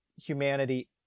humanity